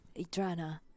Idrana